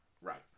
Right